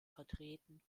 vertreten